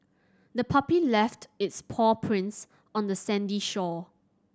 the puppy left its paw prints on the sandy shore